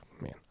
man